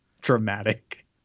dramatic